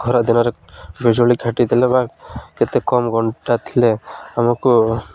ଖରା ଦିନରେ ବିିଜୁଳି କାଟିଦେଲେ ବା କେତେ କମ୍ ଘଣ୍ଟା ଥିଲେ ଆମକୁ